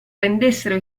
rendessero